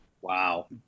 Wow